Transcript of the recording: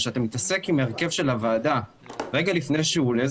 כשאתה מתעסק עם הרכב של הוועדה רגע לפני שהוא עולה,